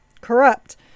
Corrupt